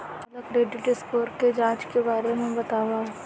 आप मन मोला क्रेडिट स्कोर के जाँच करे के बारे म बतावव?